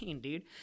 dude